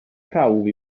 prawf